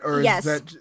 Yes